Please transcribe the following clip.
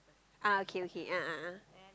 ah okay okay a'ah a'ah